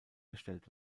erstellt